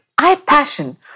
iPassion